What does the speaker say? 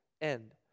end